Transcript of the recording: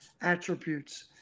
attributes